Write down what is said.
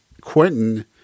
Quentin